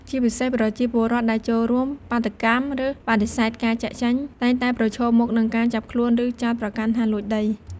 ជាពិសេស ប្រជាពលរដ្ឋដែលចូលរួមបាតុកម្ម ឬបដិសេធការចាកចេញ តែងតែប្រឈមមុខនឹងការចាប់ខ្លួន ឬចោទប្រកាន់ថាលួចដី។